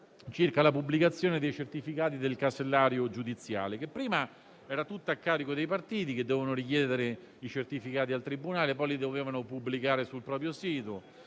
della pubblicazione dei certificati del casellario giudiziale. Prima tale adempimento era tutto a carico dei partiti, che dovevano richiedere i certificati al tribunale e poi li dovevano pubblicare sul proprio sito.